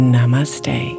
Namaste